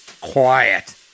Quiet